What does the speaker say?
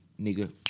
nigga